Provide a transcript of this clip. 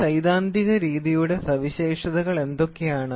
ഒരു സൈദ്ധാന്തിക രീതിയുടെ സവിശേഷതകൾ എന്തൊക്കെയാണ്